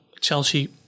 Chelsea